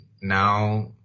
now